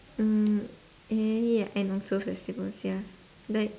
mm yeah and also festivals ya like